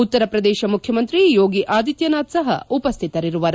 ಉತ್ತರಪ್ರದೇಶ ಮುಖ್ಯಮಂತ್ರಿ ಯೋಗಿ ಆದತ್ನನಾಥ್ ಸಹ ಉಪಸ್ಸಿತರಿರುವರು